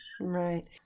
right